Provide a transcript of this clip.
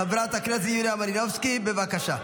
חברת הכנסת יוליה מלינובסקי, בבקשה.